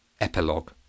Epilogue